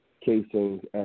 casings